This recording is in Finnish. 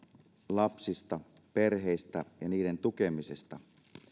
lapsista perheistä ja niiden tukemisesta